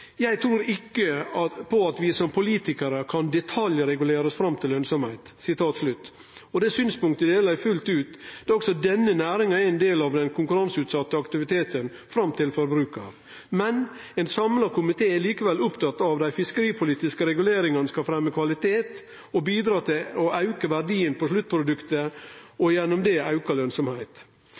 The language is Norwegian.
vi som politikere kan regulere oss fram til lønnsomhet.» Det synspunktet deler eg fullt ut, sidan også denne næringa er ein del av den konkurranseutsette aktiviteten fram til forbrukar. Men ein samla komité er likevel opptatt av at dei fiskeripolitiske reguleringane skal fremje kvalitet og bidra til å auke verdien på sluttproduktet, og gjennom det auka